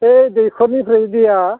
बे दैखरनिफ्राय दैया